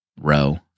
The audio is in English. row